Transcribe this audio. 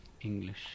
English